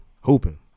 hooping